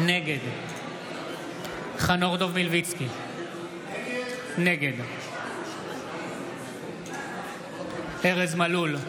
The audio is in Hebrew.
נגד חנוך דב מלביצקי, נגד ארז מלול,